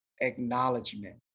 acknowledgement